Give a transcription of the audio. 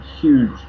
huge